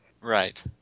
right